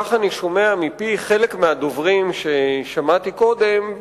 כך אני שומע מפי חלק מהדוברים ששמעתי קודם,